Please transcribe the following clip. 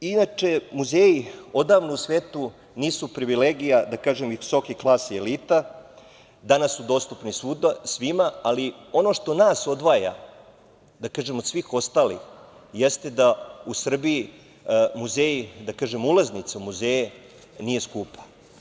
Inače, muzeji odavno u svetu nisu privilegija, da kažem, visoke klase i elita, danas su dostupni svima, ali ono što nas odvaja, da kažem od svih ostalih, jeste da u Srbiji muzeji, ulaznica u muzeje nije skupa.